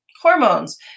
hormones